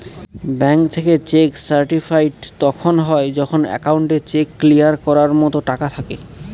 bank থেকে cheque certified তখন হয় যখন একাউন্টে চেক ক্লিয়ার করার মতো টাকা থাকে